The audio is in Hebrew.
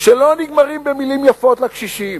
שלא נגמרים במלים יפות לקשישים,